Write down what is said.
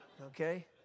Okay